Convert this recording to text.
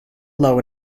low